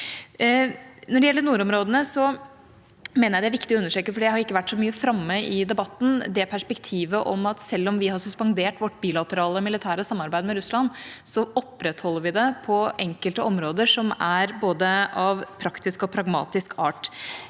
Når det gjelder nordområdene, mener jeg det er viktig å understreke – for det har ikke vært så mye framme i debatten – det perspektivet at selv om vi har suspendert vårt bilaterale militære samarbeid med Russland, opprettholder vi det på enkelte områder, både av praktisk og av pragmatisk art: